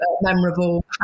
memorable